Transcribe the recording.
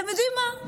אתם יודעים מה?